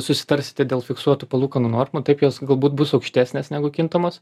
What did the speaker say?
susitarsite dėl fiksuotų palūkanų normų taip jos galbūt bus aukštesnės negu kintamos